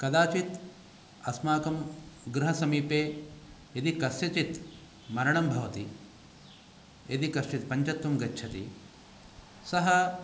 कदाचित् अस्माकं गृहसमीपे यदि कस्यचित् मरणं भवति यदि कश्चित् पञ्चत्वं गच्छति सः